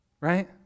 right